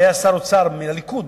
שהיה שר אוצר מן הליכוד,